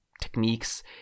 techniques